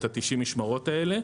את 90 המשמרות האלה,